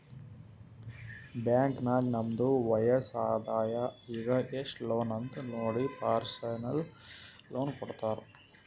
bank ನಾಗ್ ನಮ್ದು ವಯಸ್ಸ್, ಆದಾಯ ಈಗ ಎಸ್ಟ್ ಲೋನ್ ಅಂತ್ ನೋಡಿ ಪರ್ಸನಲ್ ಲೋನ್ ಕೊಡ್ತಾರ್